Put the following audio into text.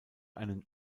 einen